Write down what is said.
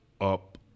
up